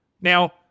Now